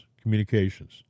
communications